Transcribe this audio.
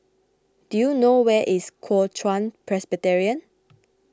do you know where is Kuo Chuan Presbyterian